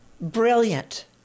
brilliant